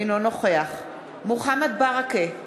אינו נוכח מוחמד ברכה,